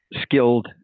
skilled